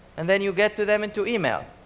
and then you get to them into email.